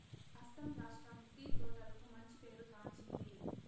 అస్సాం రాష్ట్రం టీ తోటలకు మంచి పేరు గాంచింది